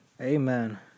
Amen